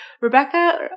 Rebecca